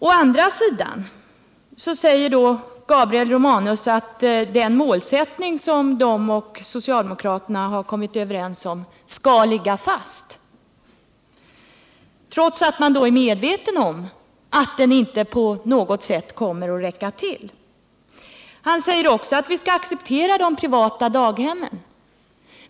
Å andra sidan säger Gabriel Romanus att den målsättning som folkpartiet och socialdemokraterna har kommit överens om skall ligga fast — trots att man är medveten om att den målsättningen inte på något sätt kommer att räcka till. Gabriel Romanus säger också att vi skall acceptera de privata daghemmen.